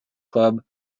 club